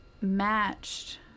matched